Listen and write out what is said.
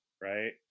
right